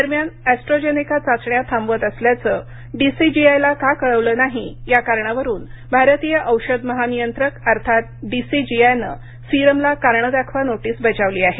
दरम्यान अॅस्ट्राजेनेका चाचण्या थांबवत असल्याचं डी सी जी आय ला का कळवलं नाही या कारणावरून भारतीय औषध महानियंत्रक अर्थात डीसीजीआयने सीरमला कारणे दाखवा नोटीस बजावली आहे